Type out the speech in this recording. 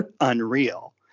unreal